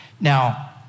Now